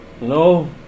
No